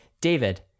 david